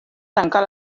tancar